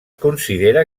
considera